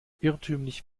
irrtümlich